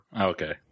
Okay